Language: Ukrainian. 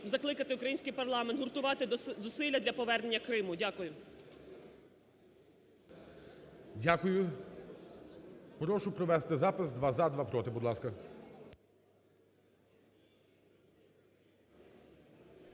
закликати український парламент гуртувати зусилля для повернення Криму. Дякую. ГОЛОВУЮЧИЙ. Дякую. Прошу провести запис: два – за, два – проти, будь ласка.